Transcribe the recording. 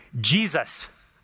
Jesus